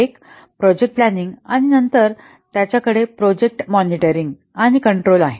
एक project planning आणि नंतर त्याच्याकडे प्रोजेक्ट मॉनिटरिंग आणि कंट्रोल आहे